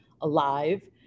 alive